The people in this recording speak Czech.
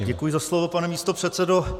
Tak děkuji za slovo, pane místopředsedo.